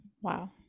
Wow